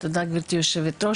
תודה גברתי יו"ר,